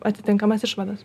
atitinkamas išvadas